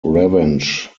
revenge